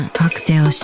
cocktail